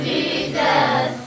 Jesus